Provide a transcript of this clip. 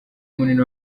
munini